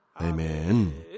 Amen